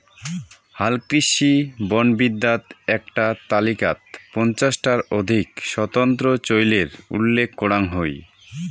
হালকৃষি বনবিদ্যাত এ্যাকটা তালিকাত পঞ্চাশ টার অধিক স্বতন্ত্র চইলের উল্লেখ করাং হই